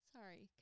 Sorry